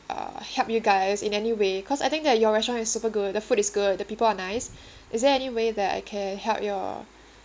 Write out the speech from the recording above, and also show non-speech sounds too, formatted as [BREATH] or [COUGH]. uh help you guys in any way cause I think that your restaurant is super good the food is good the people are nice [BREATH] is there any way that I can help you all